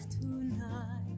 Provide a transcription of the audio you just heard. tonight